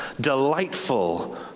delightful